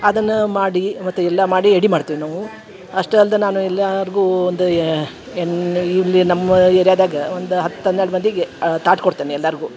ಅದನ್ನು ಮಾಡಿ ಮತ್ತು ಎಲ್ಲ ಮಾಡಿ ಎಡೆ ಮಾಡ್ತೀವಿ ನಾವು ಅಷ್ಟೇ ಅಲ್ಲದೆ ನಾನು ಎಲ್ಲರ್ಗೂ ಒಂದು ಇಲ್ಲಿ ನಮ್ಮ ಏರ್ಯಾದಾಗ ಒಂದು ಹತ್ತು ಹನ್ನೆರಡು ಮಂದಿಗೆ ತಾಟು ಕೊಡ್ತೇನೆ ಎಲ್ಲರ್ಗೂ